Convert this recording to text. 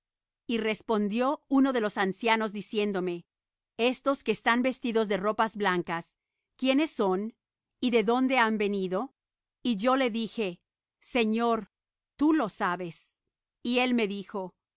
y respondió uno de los ancianos diciéndome estos que están vestidos de ropas blancas quiénes son y de dónde han venido y yo le dije señor tú lo sabes y él me dijo